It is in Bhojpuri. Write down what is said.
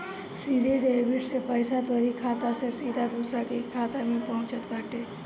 सीधा डेबिट से पईसा तोहरी खाता से सीधा दूसरा के खाता में पहुँचत बाटे